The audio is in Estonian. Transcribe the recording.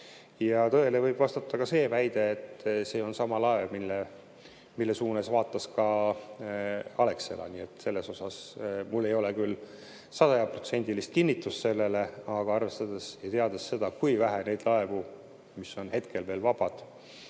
saame. Tõele võib vastata ka väide, et see on sama laev, mille suunas vaatas ka Alexela. Mul ei ole küll sajaprotsendilist kinnitust selle kohta, aga arvestades ja teades seda, kui vähe on neid laevu, mis on hetkel veel vabad,